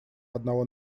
одного